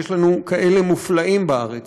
ויש לנו כאלה מופלאים בארץ,